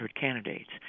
candidates